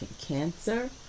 cancer